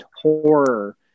horror